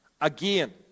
Again